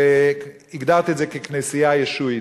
הגדרתי את זה כ"כנסייה ישועית".